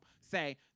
say